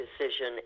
decision